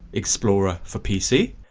explorer for pc,